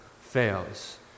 fails